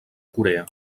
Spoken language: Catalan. corea